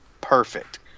perfect